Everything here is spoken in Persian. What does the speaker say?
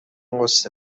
غصه